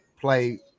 play